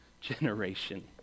generation